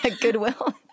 goodwill